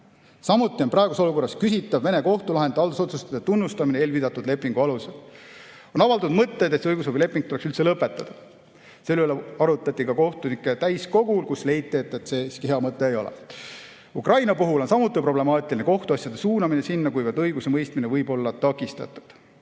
Samuti on praeguses olukorras küsitav Vene kohtulahendite ja haldusotsuste tunnustamine eelviidatud lepingu alusel. On avaldatud mõtteid, et see õigusabileping tuleks üldse lõpetada. Selle üle arutati ka kohtunike täiskogul, kus leiti, et see siiski hea mõte ei ole. Ukraina puhul on samuti problemaatiline kohtuasjade sinna suunamine, kuivõrd õigusemõistmine võib seal olla takistatud. Juba